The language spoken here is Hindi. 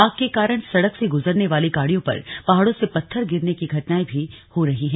आग के कारण सड़क से गुजरने वाली गाड़ियों पर पहाड़ों से पत्थर गिरने की घटनाएं भी हो रही है